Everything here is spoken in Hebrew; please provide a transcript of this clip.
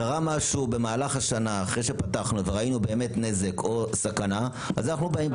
קרה משהו במהלך השנה וראינו נזק או סכנה - אנחנו באים ופותחים.